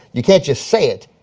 you can't just say it,